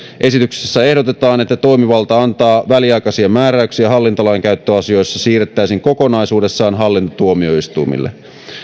esityksessä ehdotetaan että toimivalta antaa väliaikaisia määräyksiä hallintolainkäyttöasioissa siirrettäisiin kokonaisuudessaan hallintotuomioistuimille